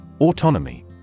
Autonomy